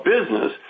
business